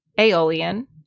Aeolian